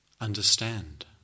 understand